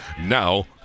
Now